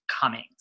Cummings